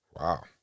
wow